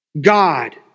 God